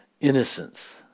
innocence